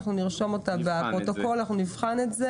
אנחנו נרשום אותה לפרוטוקול ואנחנו נבחן אותה.